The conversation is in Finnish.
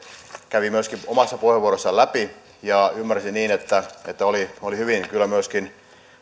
kävi myöskin omassa puheenvuorossaan läpi ymmärsin niin että olivat myöskin